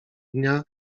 dnia